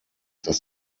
dass